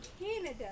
Canada